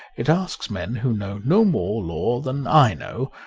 it asks men who know no more law than i know,